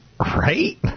Right